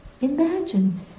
Imagine